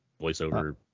voiceover